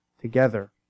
together